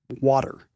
water